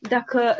Dacă